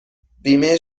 بیمه